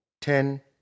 ten